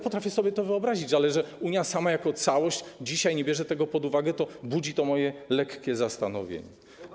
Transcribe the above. Potrafię to sobie wyobrazić, ale że Unia sama jako całość dzisiaj nie bierze tego pod uwagę, to budzi to moje lekkie zastanowienie.